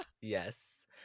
Yes